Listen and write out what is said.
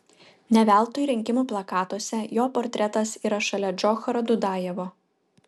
ne veltui rinkimų plakatuose jo portretas yra šalia džocharo dudajevo